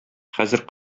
хәзер